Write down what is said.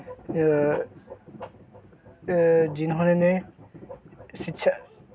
जिन्होंने शिक्षा